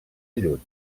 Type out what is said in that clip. lluny